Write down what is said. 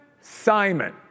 Simon